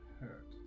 hurt